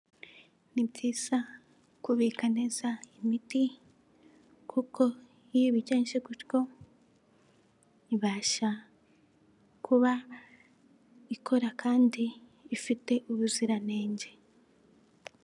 Ni byiza kubika neza imiti kuko iyo ubigenje gutyo, ibasha kuba ikora kandi ifite ubuziranenge.